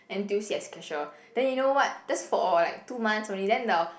N_T_U_C as cashier then you know what just for like two months only then the